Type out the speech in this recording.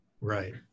Right